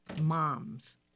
Moms